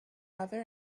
other